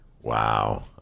Wow